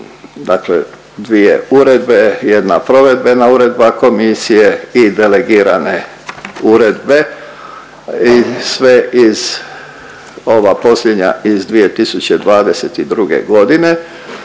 dakle dvije uredbe, jedna provedbena uredba komisije i delegirane uredbe i sve iz ova posljednja iz 2022. godine.